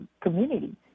community